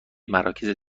مراکز